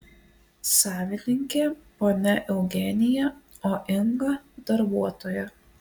savininkė ponia eugenija o inga darbuotoja